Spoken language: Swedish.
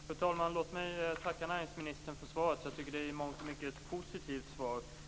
Fru talman! Låt mig tacka näringsministern för svaret. Jag tycker att det i mångt och mycket är ett positivt svar.